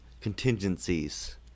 contingencies